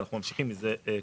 ואנחנו ממשיכים עם זה קדימה.